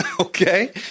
okay